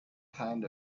kind